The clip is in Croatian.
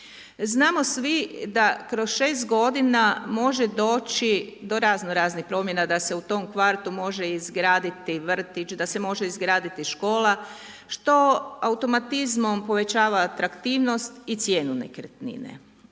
Znamo svi da kroz 6 godina može doći do razno-raznih promjena, da se u tom kvartu može izgraditi vrtić, da se može izgraditi škola, što automatizmom povećava atraktivnosti i cijenu nekretnine.